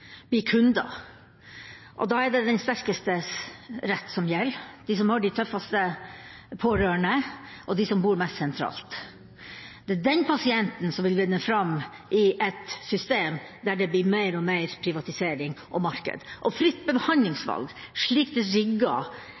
vi skal styrke vår felles helsetjeneste. Pasienter i et marked blir kunder, og da er det den sterkestes rett som gjelder – den som har de tøffeste pårørende, og som bor mest sentralt. Det er den pasienten som vil vinne fram i et system der det blir mer og mer privatisering og marked. Og fritt behandlingsvalg, slik det